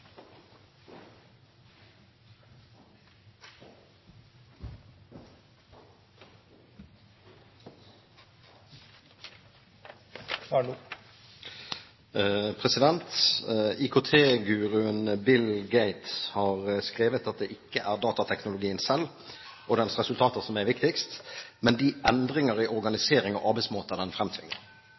Bill Gates har skrevet at det ikke er datateknologien selv og dens resultater som er viktigst, men de endringer i organisering av arbeidsmåter den fremtvinger.